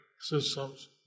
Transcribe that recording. systems